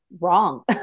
wrong